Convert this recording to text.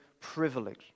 privilege